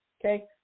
Okay